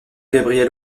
gabriel